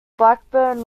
blackburn